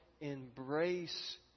embrace